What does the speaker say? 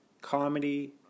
Comedy